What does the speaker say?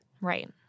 Right